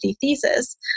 thesis